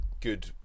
good